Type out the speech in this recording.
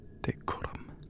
decorum